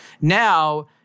Now